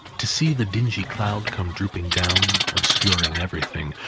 to see the dingy cloud come drooping down, obscuring everything,